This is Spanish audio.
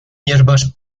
hierbas